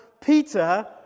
Peter